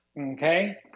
okay